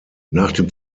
dem